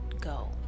go